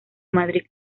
madrid